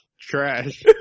trash